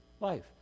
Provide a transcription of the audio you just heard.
life